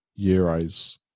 euros